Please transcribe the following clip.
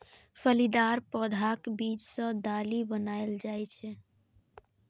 फलीदार पौधाक बीज सं दालि बनाएल जाइ छै